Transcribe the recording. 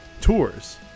tours